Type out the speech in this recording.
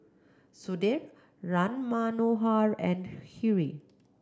Sudhir Ram Manohar and Hri